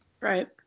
Right